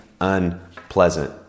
unpleasant